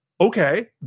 okay